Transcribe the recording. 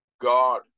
God